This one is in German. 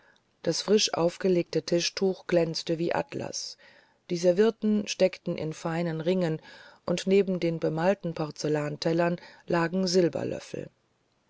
das frisch aufgelegte tischtuch glänzte wie atlas die servietten steckten in feinen ringen und neben den gemalten porzellantellern lagen silberlöffel